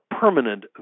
permanent